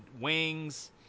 wings